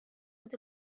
with